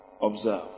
Observe